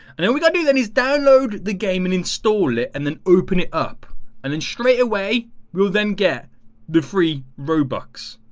and then without doing then is download the game and install it and then open it up and then straight away will then get the free robux?